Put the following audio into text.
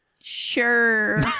Sure